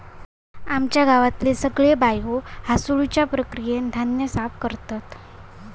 माझ्या गावचे सगळे बायो हासडुच्या प्रक्रियेन धान्य साफ करतत